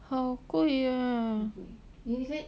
好贵